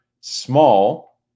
small